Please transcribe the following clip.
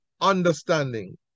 understanding